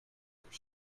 their